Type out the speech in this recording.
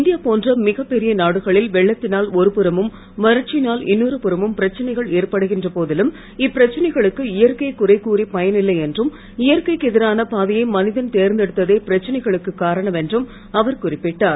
India போன்ற மிக பெரிய நாடுகளில் வெள்ளத்தினால் ஒரு புறமும் வறட்சியினால் இன்னொரு புறமும் பிரச்சனைகள் ஏற்படுகின்ற போதிலும் இப்பிரச்சனைகளுக்கு இயற்கையை குறைக்கூறிப் பயன் இல்லை என்றும் இயற்கைக்கு எதிரான பாதையை மனிதன் தேர்ந்தெடுத்ததே பிரச்சனைகளுக்கு காரணம் என்றும் அவர் குறிப்பிட்டார்